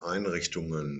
einrichtungen